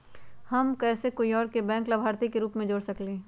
हम कैसे कोई और के बैंक लाभार्थी के रूप में जोर सकली ह?